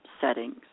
settings